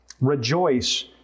Rejoice